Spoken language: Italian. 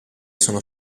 sono